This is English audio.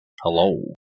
Hello